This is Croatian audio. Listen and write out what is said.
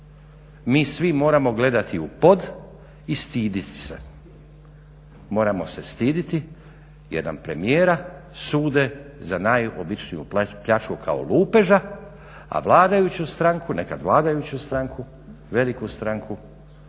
mi svi moramo gledati u pod i stidjeti se. Moramo se stidjeti jer nam premijera sude za najobičniju pljačku kao lupeža, a vladajuću stranku, nekad vladajuću stranku, veliku stranku